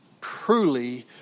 truly